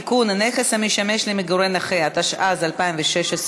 (תיקון, נכס המשמש למגורי נכה), התשע"ז 2016,